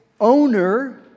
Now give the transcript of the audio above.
owner